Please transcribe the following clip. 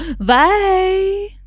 Bye